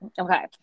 Okay